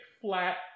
flat